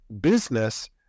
business